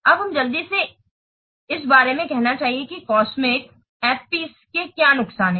अब हमें जल्दी से इस बारे में कहना चाहिए कि कॉस्मिक FPs के क्या नुकसान हैं